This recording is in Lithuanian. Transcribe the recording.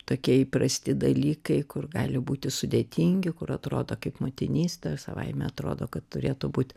tokie įprasti dalykai kur gali būti sudėtingi kur atrodo kaip motinystė savaime atrodo kad turėtų būti